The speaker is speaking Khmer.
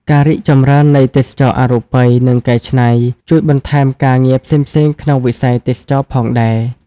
ការរីកចម្រើននៃទេសចរណ៍អរូបី និងកែច្នៃ ជួយបន្ថែមការងារផ្សេងៗក្នុងវិស័យទេសចរណ៍ផងដែរ។